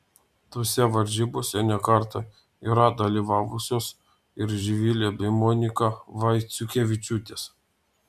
tose varžybose ne kartą yra dalyvavusios ir živilė bei monika vaiciukevičiūtės